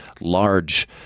large